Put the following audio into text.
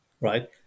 right